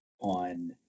on